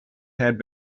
had